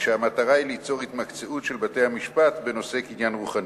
כשהמטרה היא ליצור התמקצעות של בתי-המשפט בנושא קניין רוחני.